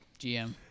GM